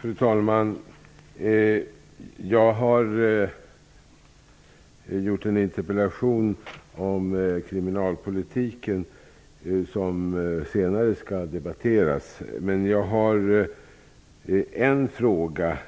Fru talman! Jag har framställt en interpellation om kriminalpolitiken som skall debatteras senare. I den interpellationen finns en fråga